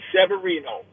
Severino